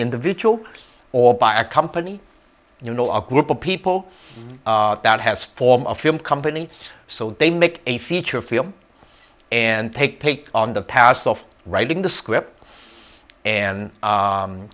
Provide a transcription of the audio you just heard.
individual or by a company you know a group of people that has form of film company so they make a feature film and take take on the past of writing the script and